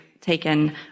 taken